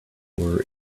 were